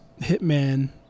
hitman